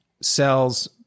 sells